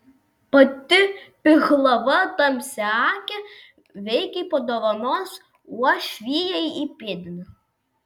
pati pihlava tamsiaakė veikiai padovanos uošvijai įpėdinį